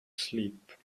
sleep